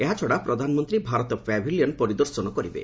ଏହାଛଡ଼ା ପ୍ରଧାନମନ୍ତ୍ରୀ ଭାରତ ପାଭ୍ଲିଅନ୍ ପରିଦର୍ଶନ କରିବେ